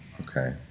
okay